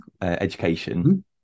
education